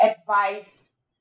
advice